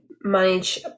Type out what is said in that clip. manage